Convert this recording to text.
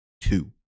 two